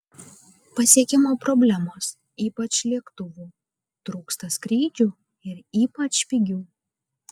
pasiekimo problemos ypač lėktuvų trūksta skrydžių ir ypač pigių